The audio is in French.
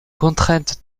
contraintes